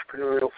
entrepreneurial